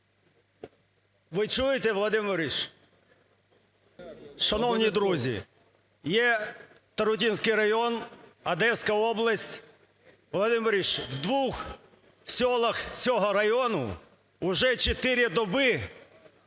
ви чуєте, Володимир Борисович? Шановні друзі, єТарутинський район, Одеська область. Володимир Борисович, в двох селах цього району уже чотири доби